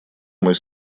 мой